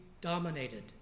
dominated